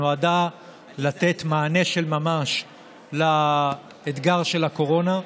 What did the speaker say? שנועדה לתת מענה של ממש לאתגר של הקורונה,